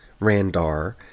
Randar